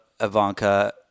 Ivanka